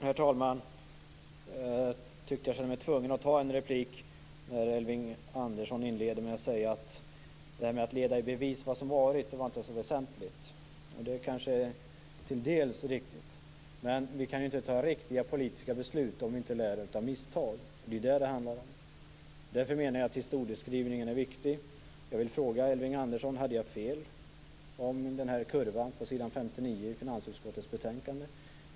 Herr talman! Jag tyckte jag kände mig tvungen att ta en replik när Elving Andersson inledde med att säga att det inte var så väsentligt att leda i bevis vad som varit. Det kanske till dels är riktigt. Men vi kan inte fatta riktiga politiska beslut om vi inte lär av misstag. Det är vad det handlar om. Därför menar jag att historieskrivningen är viktig. Jag vill fråga Elving Andersson: Hade jag fel om kurvan på s. 59 i finansutskottets betänkande?